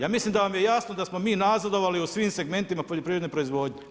Ja mislim da vam je jasno da smo mi nazadovali u svim segmentima poljoprivredne proizvodnje.